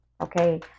Okay